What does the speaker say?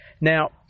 Now